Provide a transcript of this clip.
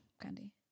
Candy